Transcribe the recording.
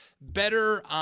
better